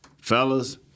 Fellas